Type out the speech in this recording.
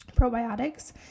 probiotics